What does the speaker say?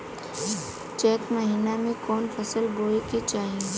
चैत महीना में कवन फशल बोए के चाही?